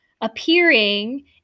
appearing